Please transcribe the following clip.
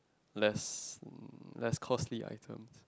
less less costly items